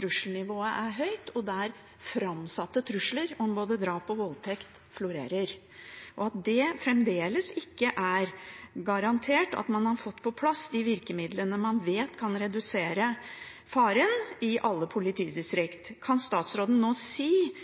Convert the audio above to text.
trusselnivået har vært høyt, og der framsatte trusler om både drap og voldtekt har florert. Det er fremdeles ikke garantert at man har fått på plass de virkemidlene man vet kan redusere faren, i alle politidistrikt. Kan statsråden si